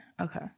okay